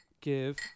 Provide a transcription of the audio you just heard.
give